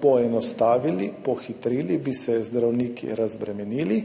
poenostavili, pohitrili in bi se zdravniki razbremenili.